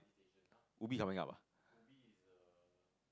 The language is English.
Ubi is coming up ah